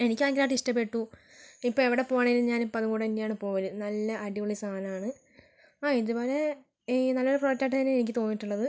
എനിക്ക് ഭയങ്കരമായിട്ട് ഇഷ്ടപ്പെട്ടു ഇപ്പോൾ എവിടെ പോവണെങ്കിലും ഞാനിപ്പം അതുംകൂടെ തന്നെയാണ് പോകൽ നല്ല അടിപൊളി സാധനം ആണ് ആ ഇതുവരെ നല്ലൊരു പ്രൊഡക്റ്റ് ആയിട്ട് തന്നെ എനിക്ക് തോന്നിയിട്ടുള്ളത്